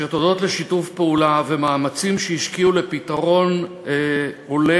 אשר הודות לשיתוף פעולה ומאמצים שהשקיעו בפתרון הולם